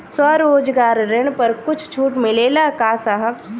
स्वरोजगार ऋण पर कुछ छूट मिलेला का साहब?